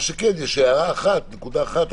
יש נקודה אחת,